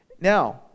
Now